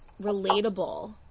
relatable